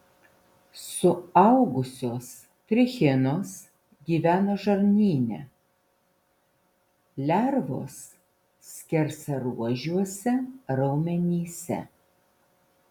suaugusios trichinos gyvena žarnyne lervos skersaruožiuose raumenyse